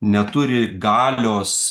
neturi galios